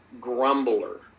grumbler